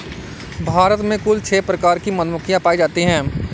भारत में कुल छः प्रकार की मधुमक्खियां पायी जातीं है